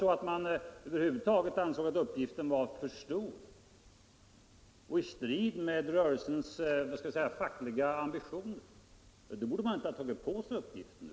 Och om man över huvud taget ansåg att uppgiften var för stor och i strid med rörelsens fackliga ambitioner, då borde man inte ha tagit på sig uppgiften.